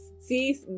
see